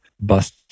Bust